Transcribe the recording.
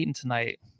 tonight